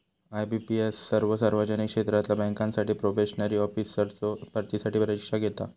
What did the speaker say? IBPS सर्वो सार्वजनिक क्षेत्रातला बँकांसाठी प्रोबेशनरी ऑफिसर्सचो भरतीसाठी परीक्षा घेता